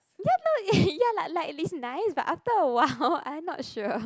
ya no ya like like it's nice but after awhile I not sure